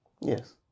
Yes